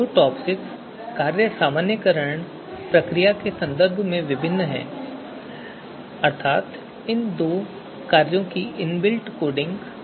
ये दो टॉपसिस कार्य सामान्यीकरण प्रक्रिया के संदर्भ में भिन्न हैं अर्थात इन कार्यों की इन बिल्ट कोडिंग